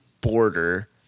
border